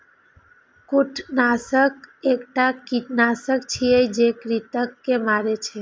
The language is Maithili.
कृंतकनाशक एकटा कीटनाशक छियै, जे कृंतक के मारै छै